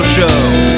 Show